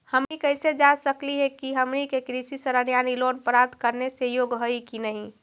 हमनी कैसे जांच सकली हे कि हमनी कृषि ऋण यानी लोन प्राप्त करने के योग्य हई कि नहीं?